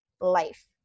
life